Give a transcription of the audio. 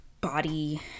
body